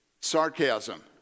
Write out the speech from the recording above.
sarcasm